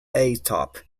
atop